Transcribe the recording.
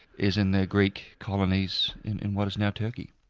is in the greek colonies in in what is now turkey.